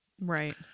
right